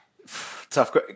Tough